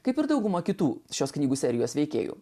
kaip ir dauguma kitų šios knygų serijos veikėjų